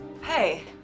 Hey